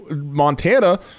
Montana